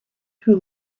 who